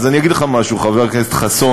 אז אני אגיד לך משהו, חבר הכנסת חסון.